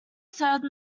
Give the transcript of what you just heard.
served